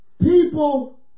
People